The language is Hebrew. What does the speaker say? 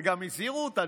וגם הזהירו אותה,